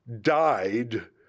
died